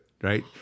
right